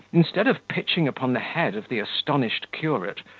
instead of pitching upon the head of the astonished curate,